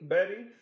Betty